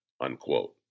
unquote